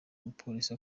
umupolisi